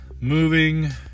moving